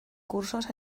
cursos